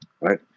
right